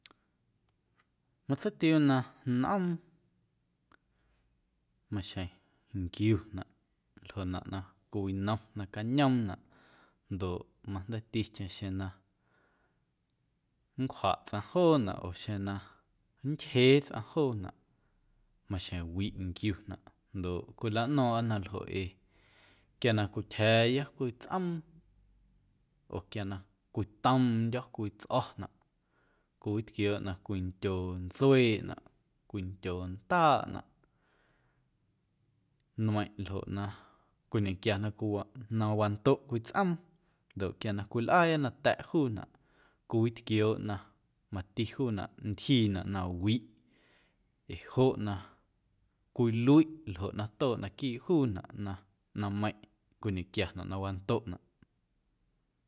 Matseitiuu na nꞌoom maxjeⁿ nquiunaꞌ ljoꞌnaꞌ na cwiwinom nacañoomnaꞌ ndoꞌ majndeiiticheⁿ xeⁿ na nncwjaꞌ tsꞌaⁿ joonaꞌ oo xeⁿ na nntyjee tsꞌaⁿ joonaꞌ maxjeⁿ wiꞌ nquiunaꞌ ndoꞌ cwilaꞌno̱o̱ⁿꞌa na ljoꞌ ee quia na cwityja̱a̱ya cwii tsꞌoom oo quia na cwitoomndyo̱ cwii tsꞌo̱naꞌ cwiwitquiooꞌ na cwindyoo ntsueeꞌnaꞌ, cwindyoo ndaaꞌnaꞌ nmeiⁿꞌ ljoꞌ na cwiñequia na cwiwaꞌ na wandoꞌ cwii tsꞌoom ndoꞌ quia na cwilꞌaaya nata̱ꞌ juunaꞌ cowitquiooꞌ na mati juunaꞌ ntyjiinaꞌ na wiꞌ ee joꞌ na cwiluiꞌ ljoꞌ na tooꞌ naquiiꞌ juunaꞌ na ꞌnaⁿmeiⁿꞌ cwiñequiana na wandoꞌnaꞌ.